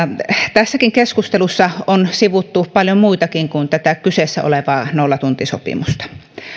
tässäkin keskustelussa on sivuttu paljon muutakin kuin tätä kyseessä olevaa nollatuntisopimusta